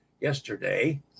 yesterday